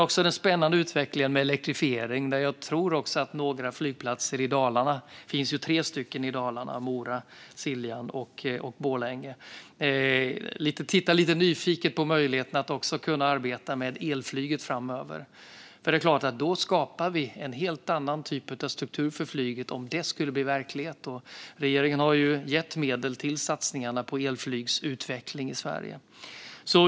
Också den spännande utvecklingen med elektrifiering är viktig. Jag tror att också några flygplatser i Dalarna - det finns ju tre flygplatser i Dalarna - tittar lite nyfiket på möjligheten att arbeta med elflyg framöver. Om det skulle bli verklighet skapar vi en helt annan typ av struktur för flyget. Regeringen har ju gett medel till satsningar på elflygsutveckling i Sverige.